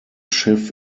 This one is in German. schiff